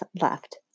left